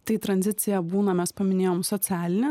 tai tranzicija būna mes paminėjom socialinę